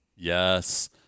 Yes